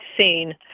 seen